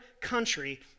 country